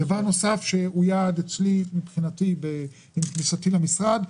דבר נוסף שהוא יעד אצלי מרגע כניסתי למשרד,